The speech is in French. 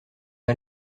pas